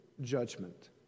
judgment